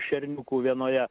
šerniukų vienoje